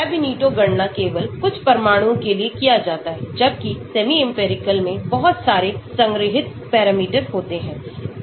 तो Ab initio गणना केवल कुछ परमाणुओं के लिए किया जाता है जबकि सेमीइंपिरिकल में बहुत सारे संग्रहीत पैरामीटर होते हैं